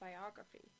biography